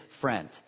friend